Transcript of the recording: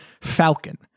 Falcon